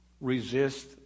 Resist